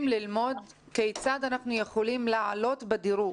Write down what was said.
ללמוד כיצד אנחנו יכולים לעלות בדירוג.